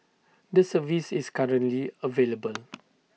the service is currently available